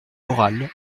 oral